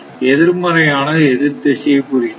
எதிர்மறையானது எதிர் திசையை குறிக்கிறது